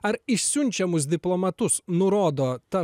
ar išsiunčiamus diplomatus nurodo ta